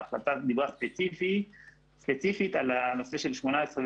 ההחלטה הזאת דיברה ספציפית על הנושא של 18'